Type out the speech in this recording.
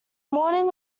morning